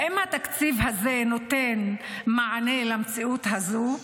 האם התקציב הזה נותן מענה למציאות הזאת?